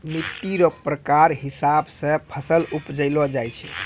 मिट्टी रो प्रकार हिसाब से फसल उपजैलो जाय छै